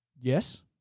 yes